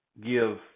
give